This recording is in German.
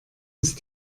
ist